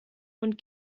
und